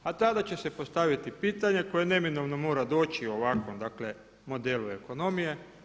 A tada će se postaviti pitanje koje neminovno mora doći u ovakvom, dakle modelu ekonomije.